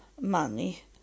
money